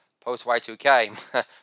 post-Y2K